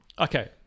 Okay